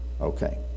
Okay